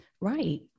Right